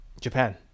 Japan